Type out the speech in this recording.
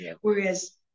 Whereas